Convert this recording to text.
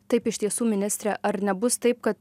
taip iš tiesų ministre ar nebus taip kad